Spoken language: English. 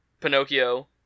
Pinocchio